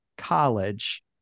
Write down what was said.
College